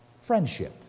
Friendship